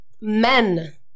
men